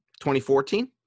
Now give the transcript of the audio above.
2014